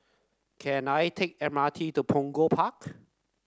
can I take M R T to Punggol Park